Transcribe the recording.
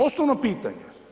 Osnovno pitanje.